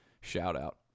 shout-out